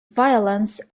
violins